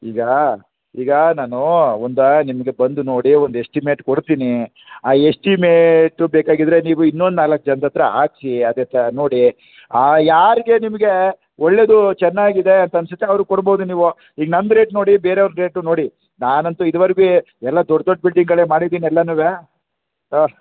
ಈಗ ಈಗ ನಾನು ಒಂದು ನಿಮ್ಗೆ ಬಂದು ನೋಡಿ ಒಂದು ಎಸ್ಟಿಮೇಟ್ ಕೊಡ್ತೀನಿ ಆ ಎಸ್ಟಿಮೇಟು ಬೇಕಾಗಿದ್ದರೆ ನೀವು ಇನ್ನೊಂದು ನಾಲ್ಕು ಜನ್ರ ಹತ್ತಿರ ಹಾಕಿ ಅದೇ ಥರ ನೋಡಿ ಯಾರಿಗೆ ನಿಮಗೆ ಒಳ್ಳೆಯದು ಚೆನ್ನಾಗಿದೆ ಅಂತ ಅನ್ನಿಸುತ್ತೆ ಅವ್ರಿಗೆ ಕೊಡ್ಬೋದು ನೀವು ಈಗ ನಂದು ರೇಟ್ ನೋಡಿ ಬೆರೆಯವ್ರ್ದು ರೇಟು ನೋಡಿ ನಾನಂತು ಇದೂವರ್ಗೆ ಎಲ್ಲ ದೊಡ್ಡ ದೊಡ್ಡ ಬಿಲ್ಡಿಂಗಳೇ ಮಾಡಿದೀನಿ ಎಲ್ಲನು ಆಂ